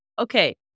Okay